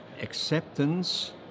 acceptance